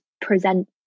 present